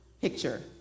picture